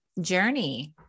journey